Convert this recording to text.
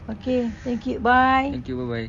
okay thank you bye